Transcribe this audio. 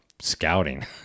scouting